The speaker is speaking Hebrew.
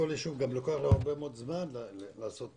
לכל יישוב לוקח הרבה מאוד זמן לעשות תכנון.